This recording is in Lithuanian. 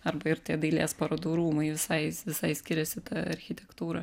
arba ir dailės parodų rūmai visai visai skiriasi architektūra